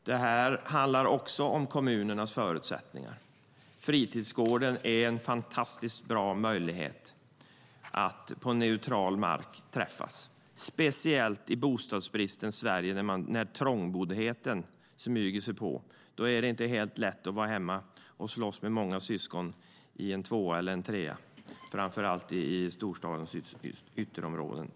Det handlar också om kommunernas förutsättningar. Fritidsgården ger en fantastiskt bra möjlighet att träffas på neutral mark, speciellt i bostadsbristens Sverige när trångboddheten smyger sig på. Det är inte lätt att vara hemma och slåss om utrymmet med många syskon i en tvåa eller trea, Framför allt gäller det i storstadens ytterområden.